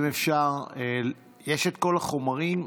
אם אפשר, יש את כל החומרים.